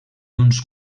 uns